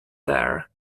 there